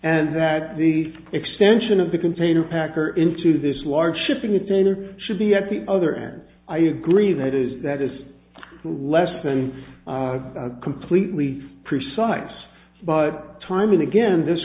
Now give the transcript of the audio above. and that the extension of the container packer into this large shipping container should be at the other end i agree that is that is less than completely precise but time and again this